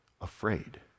afraid